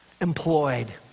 employed